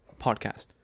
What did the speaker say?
podcast